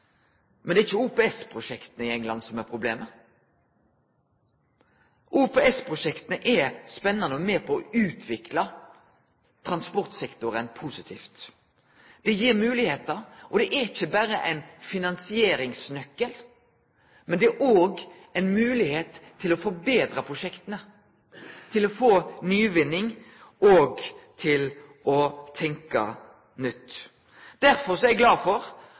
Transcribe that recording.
Men det er ikkje OPS-prosjekta i Storbritannia som er problemet. OPS-prosjekta er spennande og med på å utvikle transportsektoren positivt. Det gir moglegheiter. Det er ikkje berre ein finansieringsnøkkel, men det er òg ei moglegheit til å forbetre prosjekta, til å få nyvinning og til å tenkje nytt. Derfor er eg glad for